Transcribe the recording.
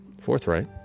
forthright